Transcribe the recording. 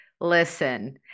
listen